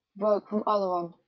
broke from oleron.